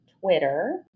Twitter